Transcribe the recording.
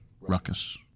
ruckus